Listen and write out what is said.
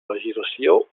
legislació